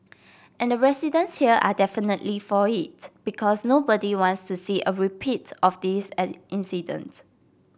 and residents here are definitely for it because nobody wants to see a repeat of this incident